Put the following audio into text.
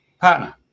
partner